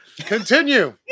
continue